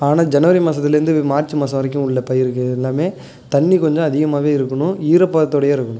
ஆனால் ஜனவரி மாதத்துலேந்து மார்ச் மாதம் வரைக்கும் உள்ள பயிர்கள் எல்லாமே தண்ணி கொஞ்சம் அதிகமாகவே இருக்கணும் ஈரப்பதத்தோடையே இருக்கணும்